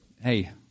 hey